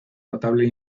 notable